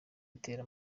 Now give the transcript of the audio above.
itera